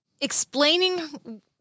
explaining